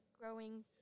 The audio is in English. growing